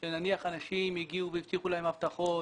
שנניח אנשים הגיעו והבטיחו להם הבטחות